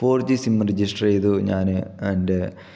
four G sim register ചെയ്തു ഞാന് എന്റെ